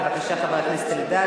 בבקשה, חבר הכנסת אלדד.